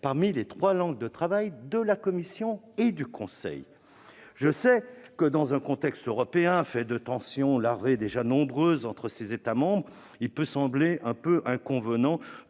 parmi les trois langues de travail de la Commission et du Conseil ! Très bien ! Bravo ! Je sais que, dans un contexte européen fait de tensions larvées déjà nombreuses entre les États membres, il peut sembler un peu inconvenant